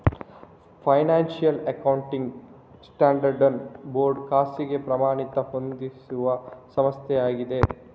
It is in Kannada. ಫೈನಾನ್ಶಿಯಲ್ ಅಕೌಂಟಿಂಗ್ ಸ್ಟ್ಯಾಂಡರ್ಡ್ಸ್ ಬೋರ್ಡ್ ಖಾಸಗಿ ಪ್ರಮಾಣಿತ ಹೊಂದಿಸುವ ಸಂಸ್ಥೆಯಾಗಿದೆ